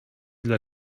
dla